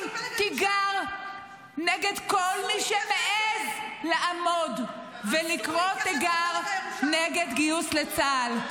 תיגר נגד כל מי שמעז לעמוד ולקרוא תיגר נגד גיוס לצה"ל.